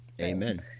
Amen